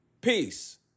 Peace